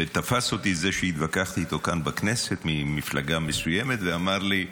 ותפס אותי זה שהתווכחתי איתו כאן בכנסת ממפלגה מסוימת ואמר לי: